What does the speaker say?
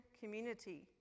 community